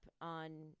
on